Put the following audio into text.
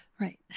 Right